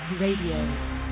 Radio